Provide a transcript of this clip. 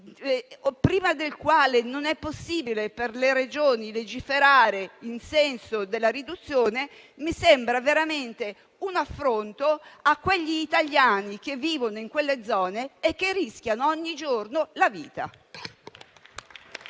prima del quale non è possibile per le Regioni legiferare nel senso della riduzione mi sembra veramente un affronto agli italiani che vivono in quelle zone e rischiano ogni giorno la vita.